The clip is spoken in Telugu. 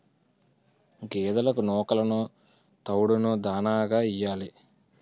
గేదెలకు నూకలును తవుడును దాణాగా యియ్యాలి